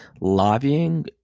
Lobbying